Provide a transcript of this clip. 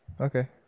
Okay